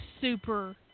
super